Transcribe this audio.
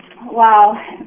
Wow